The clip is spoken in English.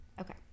Okay